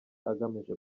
agamije